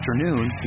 afternoon